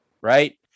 right